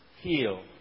heal